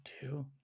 two